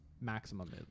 maximum